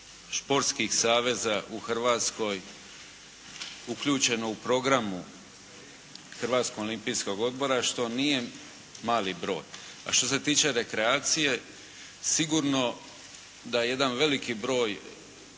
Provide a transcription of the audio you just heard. športskih saveza u Hrvatskoj uključeno u programu Hrvatskog olimpijskog odbora što nije mali broj. A što se tiče rekreacije, sigurno da jedan veliki broj